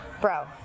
bro